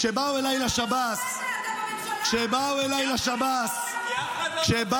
כשבאו אליי לשב"ס ------ אתה בממשלה --- אף